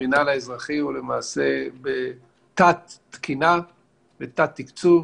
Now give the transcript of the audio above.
המינהל האזרחי הוא למעשה בתת-תקינה ובתת-תקצוב